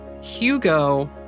Hugo